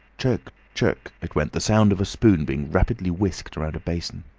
chirk, chirk, it went, the sound of a spoon being rapidly whisked round a basin.